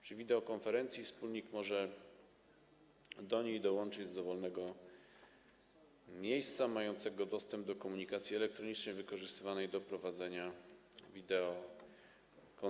Przy wideokonferencji wspólnik może do niej dołączyć z dowolnego miejsca mającego dostęp do komunikacji elektronicznej wykorzystywanej do prowadzenia wideokonferencji.